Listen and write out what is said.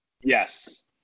Yes